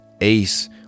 Ace